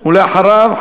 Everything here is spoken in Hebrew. ולאחריו,